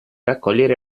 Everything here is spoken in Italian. raccogliere